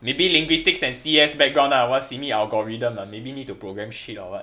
maybe linguistic and C_S background ah want simi algorithm lah maybe need to program shit or what